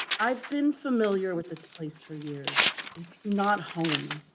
i've been familiar with this place for years. it's not home.